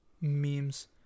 Memes